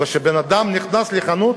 כשבן-אדם נכנס לחנות